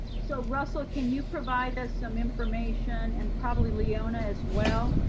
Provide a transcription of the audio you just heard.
so russell, can you provide us some information and probably leona as well.